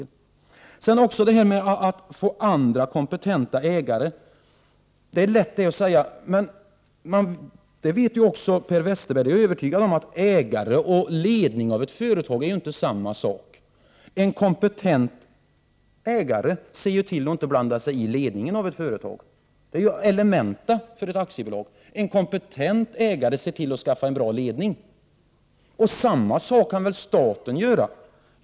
Sedan vill jag ta upp detta med att få in andra kompetenta ägare. Ja, det är lätt att säga. Jag är övertygad om att också Per Westerberg vet att ägare och ledning av ett företag inte är samma sak. En kompetent ägare ser ju till att inte blanda sig i ledningen av ett företag — det är ju elementa för ett aktiebolag. En kompetent ägare ser till att skaffa en bra ledning. Samma sak kan väl staten göra!